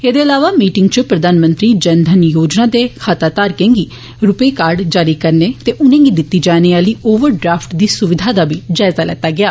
एदे इलावा मीटिंग च प्रधानमंत्री जनधन योजना दे खाता धारकें गी रुपे कार्ड जारी करने ते उनेंगी दिती जाने आली ओवरड्राफ्ट दी सुविधा दा बी जायजा लैता गेया